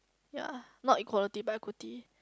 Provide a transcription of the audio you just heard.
yea not equality but equity